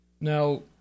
Now